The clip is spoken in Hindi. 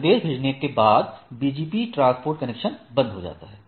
संदेश भेजे जाने के बाद BGP ट्रांसपोर्ट कनेक्शन बंद हो जाता है